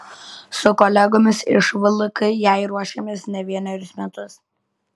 su kolegomis iš vlk jai ruošėmės ne vienerius metus